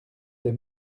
des